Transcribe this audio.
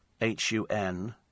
h-u-n